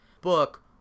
book